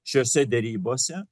šiose derybose